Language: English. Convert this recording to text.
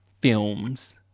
films